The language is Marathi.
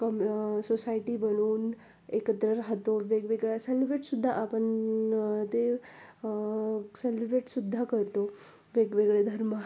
कम सोसायटी बनवून एकत्र राहतो वेगवेगळ्या सेलिब्रेटसुद्धा आपण ते सेलिब्रेटसुद्धा करतो वेगवेगळे धर्म